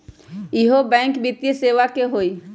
इहु बैंक वित्तीय सेवा की होई?